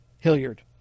Hilliard